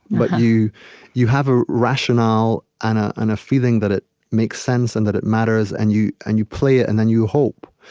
but you you have a rationale ah and a feeling that it makes sense and that it matters, and you and you play it, and then, you hope.